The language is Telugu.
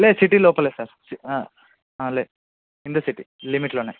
లేదు సిటీ లోపలే సార్ లే ఇన్ ద సిటీ లిమిట్లోనే